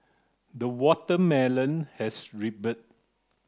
the watermelon has ripened